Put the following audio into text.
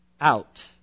out